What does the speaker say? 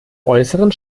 äußeren